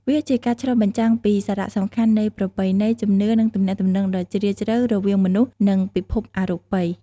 វាជាការឆ្លុះបញ្ចាំងពីសារៈសំខាន់នៃប្រពៃណី ជំនឿ និងទំនាក់ទំនងដ៏ជ្រាលជ្រៅរវាងមនុស្ស និងពិភពអរូបិយ។